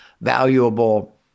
valuable